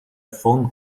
phone